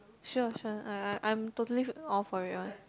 sure sure I I I'm totally f~ all for it one